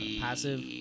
passive